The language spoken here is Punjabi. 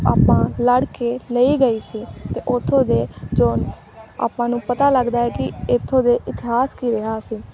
ਆਪਾਂ ਲੜ ਕੇ ਲਈ ਗਈ ਸੀ ਅਤੇ ਉੱਥੋਂ ਦੇ ਜੋ ਆਪਾਂ ਨੂੰ ਪਤਾ ਲੱਗਦਾ ਹੈ ਕਿ ਇੱਥੋਂ ਦੇ ਇਤਿਹਾਸ ਕੀ ਰਿਹਾ ਸੀ